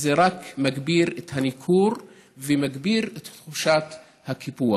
זה רק מגביר את הניכור ומגביר את תחושת הקיפוח.